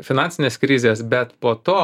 finansinės krizės bet po to